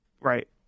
Right